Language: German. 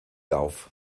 auf